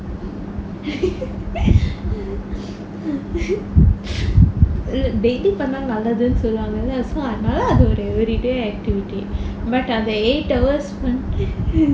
err daily பண்ணா நல்லதுனு சொல்வாங்க:pannaa nallathunu solvaanga so அதனால அது:athanaala athu everyday activity